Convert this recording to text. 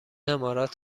امارات